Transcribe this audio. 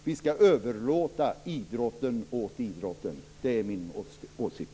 Vi skall överlåta idrotten åt idrotten. Det är min åsikt.